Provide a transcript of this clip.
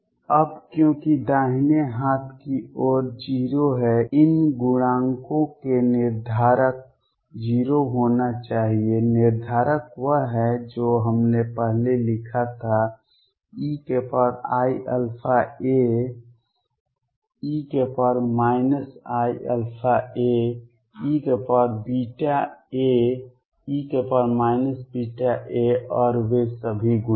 अब क्योंकि दाहिने हाथ की ओर 0 है इन गुणांकों के निर्धारक 0 होना चाहिए निर्धारक वह है जो हमने पहले लिखा था eiαa e iαa eβa e βa और वे सभी गुणांक